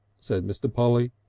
said mr. polly.